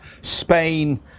Spain